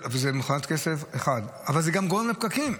זו מכונת כסף, אבל זה גם גורם לפקקים.